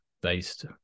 based